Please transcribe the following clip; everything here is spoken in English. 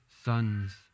sons